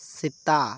ᱥᱮᱛᱟ